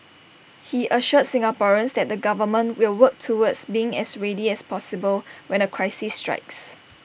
he assured Singaporeans that the government will work towards being as ready as possible when A crisis strikes